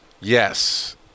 Yes